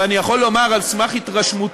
ואני יכול לומר על סמך התרשמותי,